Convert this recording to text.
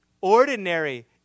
ordinary